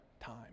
time